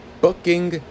booking